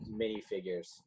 minifigures